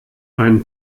einen